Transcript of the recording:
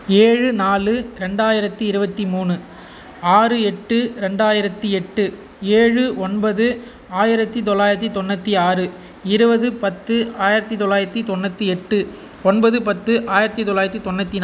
ஏழு நாலு ரெண்டாயிரத்தி இருபத்தி மூணு ஆறு எட்டு ரெண்டாயிரத்தி எட்டு ஏழு ஒன்பது ஆயிரத்தி தொள்ளாயிரத்தி தொண்ணூற்றி ஆறு இருபது பத்து ஆயிரத்தி தொள்ளாயிரத்தி தொண்ணூற்றி எட்டு ஒன்பது பத்து ஆயிரத்தி தொள்ளாயிரத்தி தொண்ணூற்றி நாலு